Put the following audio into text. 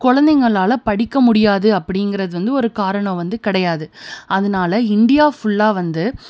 குழந்தைங்களால படிக்க முடியாது அப்படிங்கிறது வந்து ஒரு காரணம் வந்து கிடையாது அதனால இந்தியா ஃபுல்லாக வந்து